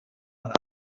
bada